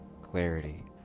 clarity